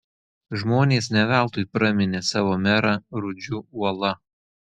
žmonės ne veltui praminė savo merą rudžiu uola